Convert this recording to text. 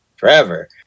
Forever